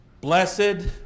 blessed